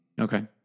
okay